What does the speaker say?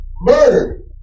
Murder